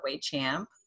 champ